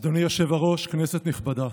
אדוני היושב-ראש, כנסת נכבדה,